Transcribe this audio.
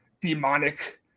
demonic